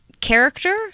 character